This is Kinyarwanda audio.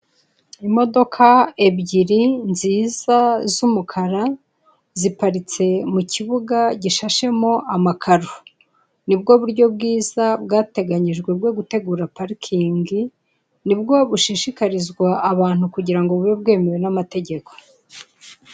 Imodoka ebyiri nziza z'umukara ziparitse mu kibuga gishashemo amakaro nibwo buryo bwiza bwateganyijwe bwo gutegura parikingi nibwo bushishikarizwa abantu kugira ngo bube bwemewe n'amategeko.